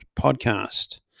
podcast